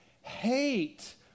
hate